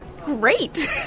Great